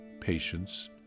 patience